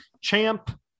Champ